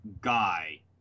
guy